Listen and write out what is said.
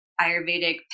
Ayurvedic